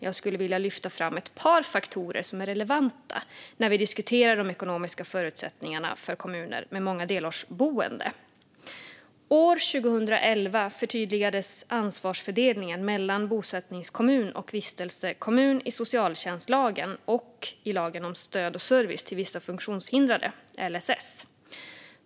Jag skulle dock vilja lyfta fram ett par faktorer som är relevanta när vi diskuterar de ekonomiska förutsättningarna för kommuner med många delårsboende. År 2011 förtydligades ansvarsfördelningen mellan bosättningskommun och vistelsekommun i socialtjänstlagen och i lagen om stöd och service till vissa funktionshindrade, LSS.